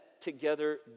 together